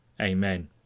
Amen